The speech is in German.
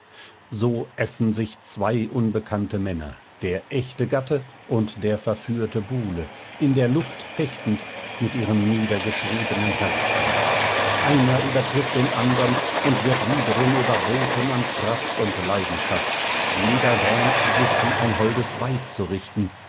so äffen sich zwei unbekannte männer der echte gatte und der verführte buhle in der luft fechtend mit ihrem niedergeschriebenen herzblut einer übertrifft den andern und wird wiederum überboten an kraft und leidenschaft jeder wähnt sich an ein holdes weib zu richten